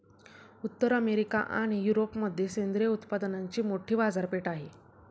उत्तर अमेरिका आणि युरोपमध्ये सेंद्रिय उत्पादनांची मोठी बाजारपेठ आहे